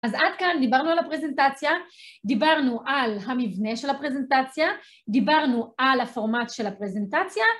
אז עד כאן דיברנו על הפרזנטציה, דיברנו על המבנה של הפרזנטציה, דיברנו על הפורמט של הפרזנטציה.